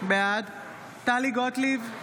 בעד טלי גוטליב,